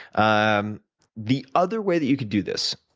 um the other way that you could do this,